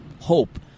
hope